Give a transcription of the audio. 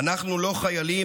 "אנחנו לא חיילים,